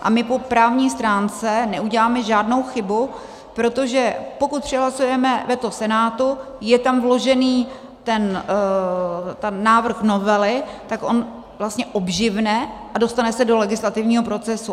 A my po právní stránce neuděláme žádnou chybu, protože pokud přehlasujeme veto Senátu, je tam vložený návrh novely, tak on vlastně obživne a dostane se do legislativního procesu.